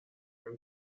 نمی